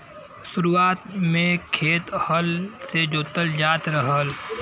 शुरुआत में खेत हल से जोतल जात रहल